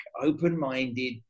open-minded